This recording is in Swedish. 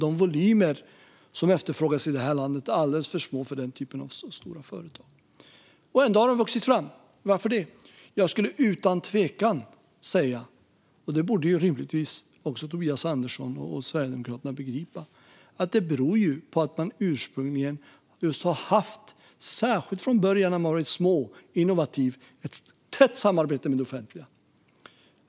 De volymer som efterfrågas i det här landet är alldeles för små för den typen av stora företag. Men ändå har de vuxit fram. Varför det? Jag skulle utan tvekan säga att det beror på att de ända från början, särskilt när de var små och innovativa, har haft ett tätt samarbete med det offentliga. Detta borde rimligtvis också Tobias Andersson och Sverigedemokraterna begripa.